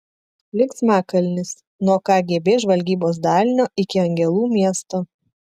linksmakalnis nuo kgb žvalgybos dalinio iki angelų miesto